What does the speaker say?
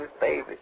baby